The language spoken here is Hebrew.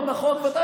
על זה, הידרותרפיה.